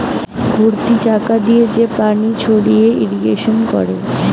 ঘুরতি চাকা দিয়ে যে পানি ছড়িয়ে ইরিগেশন করে